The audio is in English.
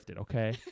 okay